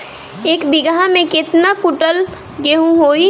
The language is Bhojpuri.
एक बीगहा में केतना कुंटल गेहूं होई?